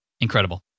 Incredible